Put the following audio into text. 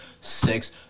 six